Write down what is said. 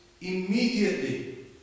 Immediately